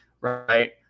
right